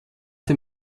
dem